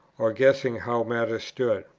or guessing how matters stood.